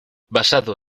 basado